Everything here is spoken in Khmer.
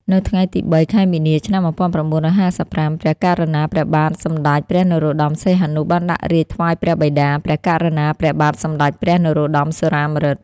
នៅថ្ងៃទី៣ ខែមីនា ឆ្នាំ១៩៥៥ ព្រះករុណា ព្រះបាទសម្ដេចព្រះនរោត្តម សីហនុ បានដាក់រាជ្យថ្វាយព្រះបិតា ព្រះករុណា ព្រះបាទសម្ដេចព្រះនរោត្តម សុរាម្រិត។